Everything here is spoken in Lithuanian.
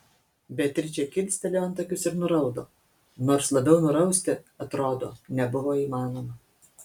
beatričė kilstelėjo antakius ir nuraudo nors labiau nurausti atrodo nebuvo įmanoma